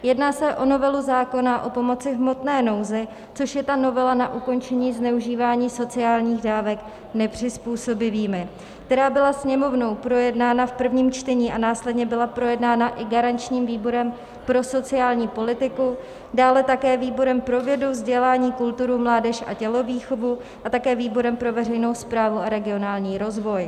Jedná se o novelu zákona o pomoci v hmotné nouzi, což je ta novela na ukončení zneužívání sociálních dávek nepřizpůsobivými, která byla Sněmovnou projednána v prvním čtení a následně byla projednána i garančním výborem pro sociální politiku, dále také výborem pro vědu, vzdělání, kulturu, mládež a tělovýchovu a také výborem pro veřejnou správu a regionální rozvoj.